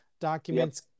documents